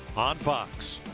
on fox